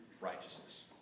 righteousness